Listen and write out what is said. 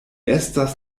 estas